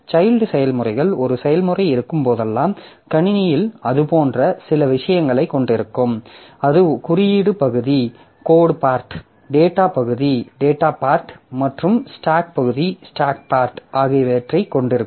child செயல்முறைகள் ஒரு செயல்முறை இருக்கும் போதெல்லாம் கணினியில் அது போன்ற சில விஷயங்களைக் கொண்டிருக்கும் அது குறியீடு பகுதி டேட்டா பகுதி மற்றும் ஸ்டாக் பகுதி ஆகியவற்றைக் கொண்டிருக்கும்